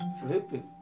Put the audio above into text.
sleeping